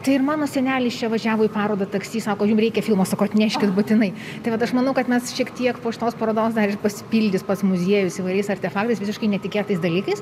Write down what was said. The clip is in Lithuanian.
tai ir mano senelis čia važiavo į parodą taksi sako jum reikia filmo sakau atneškit būtinai tai vat aš manau kad mes šiek tiek po šitos parodos dar ir pasipildys pats muziejus įvairiais artefaktais visiškai netikėtais dalykais